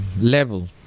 level